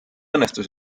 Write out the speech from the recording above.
õnnestus